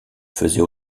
faisait